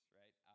right